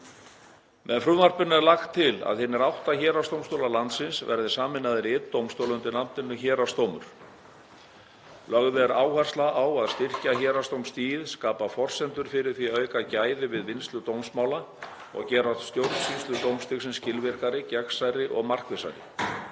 Með frumvarpinu er lagt til að hinir átta héraðsdómstólar landsins verði sameinaðir í einn dómstól undir nafninu Héraðsdómur. Lögð er áhersla á að styrkja héraðsdómstigið, skapa forsendur fyrir því að auka gæði við vinnslu dómsmála og gera stjórnsýslu dómstigsins skilvirkari, gegnsærri og markvissari.